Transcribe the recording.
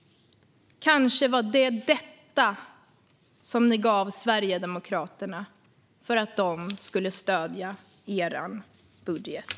Kanske var det detta ni gav Sverigedemokraterna för att de skulle stödja er budget.